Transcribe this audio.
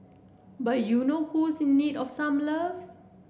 but you know who is in need of some love